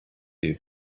you